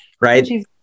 right